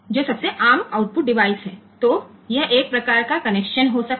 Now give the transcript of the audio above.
તો આ એક પ્રકારનું જોડાણ હોઈ શકે છે